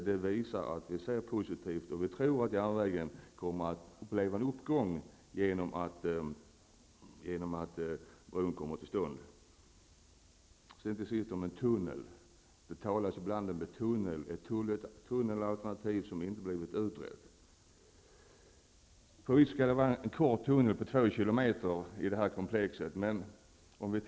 Det visar att vi ser positivt på järnvägen. Vi tror att det kommer att bli en uppgång för järnvägen genom att bron kommer till stånd. Sist har vi frågan om en tunnel. Det talas ibland om att ett tunnelalternativ inte har utretts. Visst skall det finnas en kort tunnel på två kilometer i komplexet.